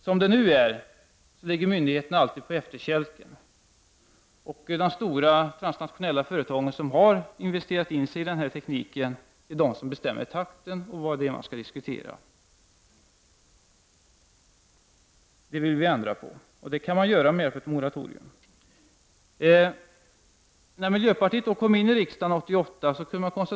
Som det nu är ligger myndigheterna på efterkälken. De stora transnationella företagen som har investerat i denna teknik bestämmer takten och vad man skall diskutera. Det vill vi ändra på, och det kan man göra genom ett moratorium. Miljöpartiet kom in i riksdagen 1988.